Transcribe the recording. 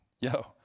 Yo